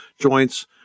joints